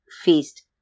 Feast